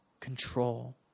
control